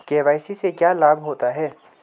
KYC से क्या लाभ होता है?